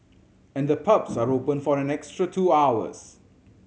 and the pubs are open for an extra two hours